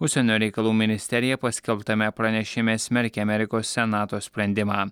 užsienio reikalų ministerija paskelbtame pranešime smerkė amerikos senato sprendimą